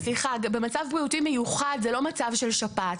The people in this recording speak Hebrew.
מצב בריאותי מיוחד, זה לא מצב של שפעת.